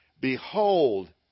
Behold